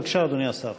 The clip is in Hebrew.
בבקשה, אדוני השר.